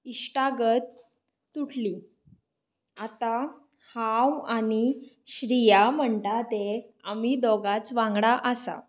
इश्टागत तुटली आतां हांव आनी श्रिया म्हणटा तें आमी दोगांच वांगडा आसा